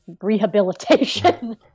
rehabilitation